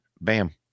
Bam